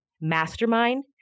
mastermind